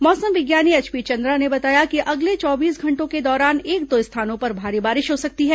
मौसम विज्ञानी एचपी चंद्रा ने बताया कि अगले चौबीस घंटों के दौरान प्रदेश में एक दो स्थानों पर भारी बारिश हो सकती है